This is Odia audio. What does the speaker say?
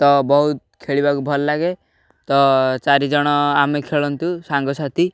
ତ ବହୁତ ଖେଳିବାକୁ ଭଲ ଲାଗେ ତ ଚାରି ଜଣ ଆମେ ଖେଳନ୍ତୁ ସାଙ୍ଗସାଥି